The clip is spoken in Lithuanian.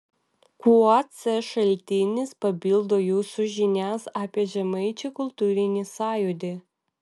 kuo c šaltinis papildo jūsų žinias apie žemaičių kultūrinį sąjūdį